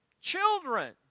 Children